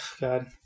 God